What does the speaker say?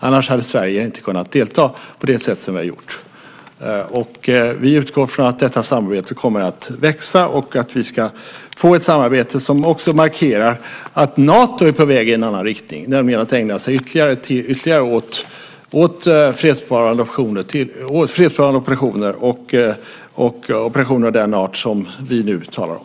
Annars hade Sverige inte kunnat delta på det sätt som vi har gjort. Vi utgår från att detta samarbete kommer att växa och att vi också får ett samarbete som markerar att Nato är på väg i en annan riktning, nämligen att ägna sig ytterligare åt fredsbevarande operationer och operationer av den art som vi nu talar om.